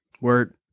Word